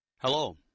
hello